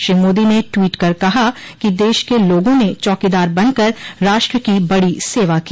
श्री मोदी ने ट्वीट कर कहा कि देश के लोगों ने चौकीदार बनकर राष्ट्र की बड़ी सेवा की